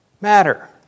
matter